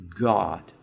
God